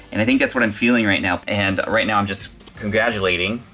and i think that's what i'm feeling right now. and right now i'm just congratulating